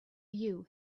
you